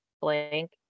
blank